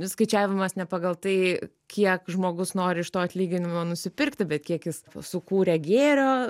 skaičiavimas ne pagal tai kiek žmogus nori iš to atlyginimo nusipirkti bet kiek jis sukūrė gėrio